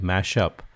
Mashup